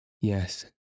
Yes